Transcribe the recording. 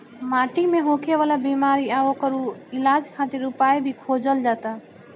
माटी मे होखे वाला बिमारी आ ओकर इलाज खातिर उपाय भी खोजल जाता